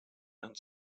and